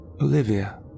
Olivia